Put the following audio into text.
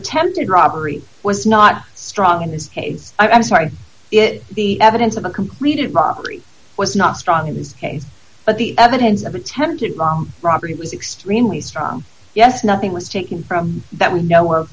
attempted robbery was not strong in this case i'm sorry if the evidence of a completed mockery was not strong in this case but the evidence of attempted bomb property was extremely strong yes nothing was taken from that we know